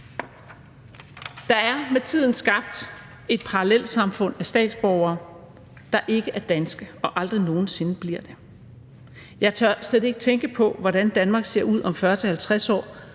Der er med tiden skabt et parallelsamfund af statsborgere, der ikke er danske og aldrig nogen sinde bliver det. Jeg tør slet ikke tænke på, hvordan Danmark ser ud om 40-50 år,